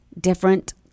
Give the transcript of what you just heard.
different